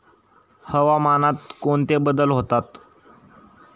हवामानात कोणते बदल होतात?